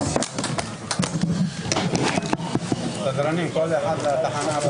הישיבה ננעלה בשעה 16:10.